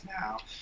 now